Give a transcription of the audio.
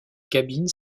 cabines